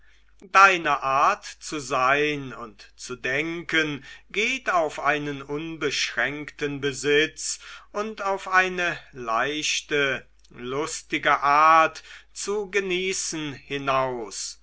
deine art zu sein und zu denken geht auf einen unbeschränkten besitz und auf eine leichte lustige art zu genießen hinaus